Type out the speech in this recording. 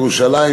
ירושלים,